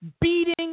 beating